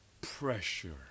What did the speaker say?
pressure